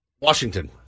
washington